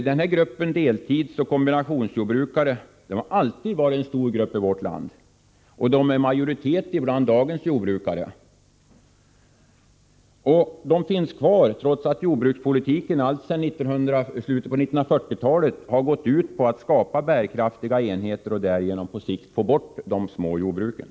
Den här gruppen deltidsoch kombinationsjordbrukare har alltid varit en stor grupp i vårt land. Dessa jordbrukare utgör en majoritet bland dagens jordbrukare. De finns kvar trots att jordbrukspolitiken alltsedan slutet av 1940-talet har gått ut på att skapa bärkraftiga enheter och därigenom på sikt få bort de små jordbruken.